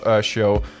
show